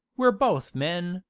we're both men,